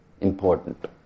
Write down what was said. important